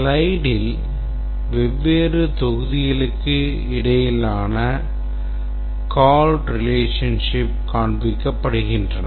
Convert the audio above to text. ஸ்லைடில் வெவ்வேறு தொகுதிகளுக்கு இடையிலான call relationships காண்பிக்கப்படுகின்றன